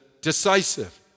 decisive